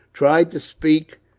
tried to speak,